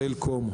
סלקום,